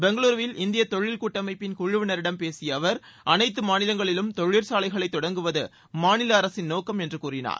பெங்களுருவில் இந்திய தொழில் கூட்டமைப்பிள் குழுவினரிடம் பேசிய அவர் அனைத்து மாநிலங்களிலும் தொழிற்சாலைகளை தொடங்குவது மாநில அரசின் நோக்கம் என்று கூறினார்